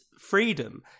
freedom